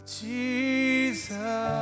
Jesus